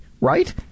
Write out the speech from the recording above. right